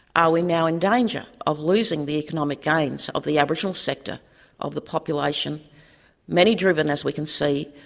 are we now in danger of losing the economic gains of the aboriginal sector of the population many driven, as we can see,